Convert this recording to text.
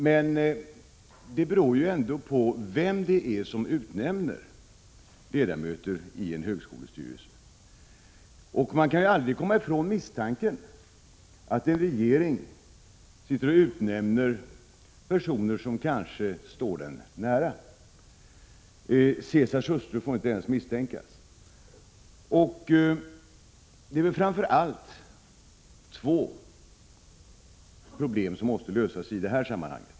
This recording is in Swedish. Men det beror ju ändå på vem det är som utnämner ledamöter i en högskolestyrelse. Man kan aldrig komma ifrån misstanken att en regering sitter och utnämner personer som kanske står den nära. Caesars hustru får inte ens misstänkas. Det är väl framför allt två problem som måste lösas i detta sammanhang.